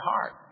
heart